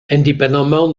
indépendamment